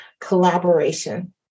collaboration